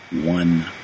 One